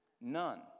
None